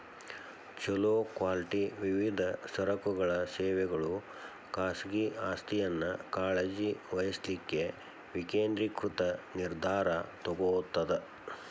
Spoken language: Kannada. ಛೊಲೊ ಕ್ವಾಲಿಟಿ ವಿವಿಧ ಸರಕುಗಳ ಸೇವೆಗಳು ಖಾಸಗಿ ಆಸ್ತಿಯನ್ನ ಕಾಳಜಿ ವಹಿಸ್ಲಿಕ್ಕೆ ವಿಕೇಂದ್ರೇಕೃತ ನಿರ್ಧಾರಾ ತೊಗೊತದ